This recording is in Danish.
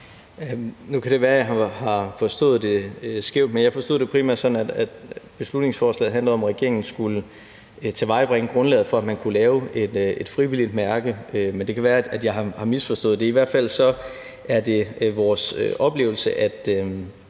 Nu kan det være, jeg har forstået det skævt, men jeg forstod det primært sådan, at beslutningsforslaget handlede om, at regeringen skulle tilvejebringe grundlaget for, at man kunne lave et frivilligt mærke. Men det kan være, at jeg har misforstået det. I hvert fald er det vores oplevelse, at